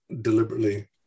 deliberately